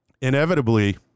inevitably